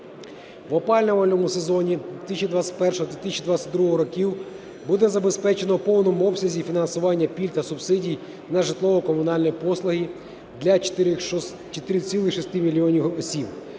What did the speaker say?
В опалювальному сезоні 2021-2022 років буде забезпечено в повному обсязі фінансування пільг та субсидій на житлово-комунальні послуги для 4,6 мільйона осіб.